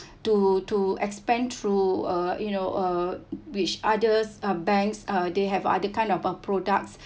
to to expand through uh you know uh which others uh banks uh they have other kind of a product